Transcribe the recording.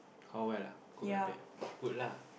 how well ah good or bad good lah